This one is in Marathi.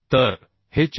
तर हे 460